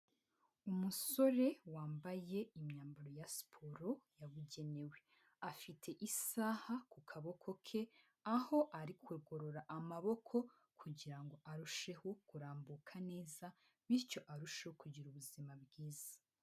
Umusore wambaye imyambaro ya siporo yabugenewe, afite isaha ku kaboko ke aho ari kugororo amaboko kugira ngo arusheho kurambuka neza bityo arusheho kugira ubuzima bwiza.